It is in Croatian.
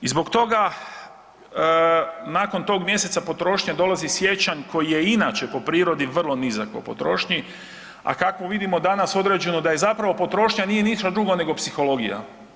I zbog toga nakon tog mjeseca potrošnje dolazi siječanj koji je i inače po prirodi vrlo nizak po potrošnji, a kakvu vidimo danas određenu da je zapravo potrošnja nije ništa drugo nego psihologija.